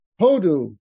Hodu